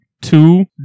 two